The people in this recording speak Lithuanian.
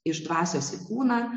iš dvasios į kūną